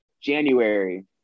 january